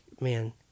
man